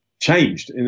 changed